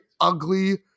ugly